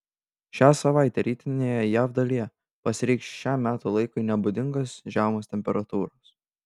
šią savaitę rytinėje jav dalyje pasireikš šiam metų laikui nebūdingos žemos temperatūros